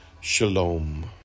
Shalom